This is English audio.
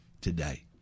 today